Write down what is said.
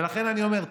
ולכן אני אומר,